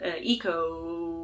eco